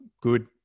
good